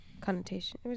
connotation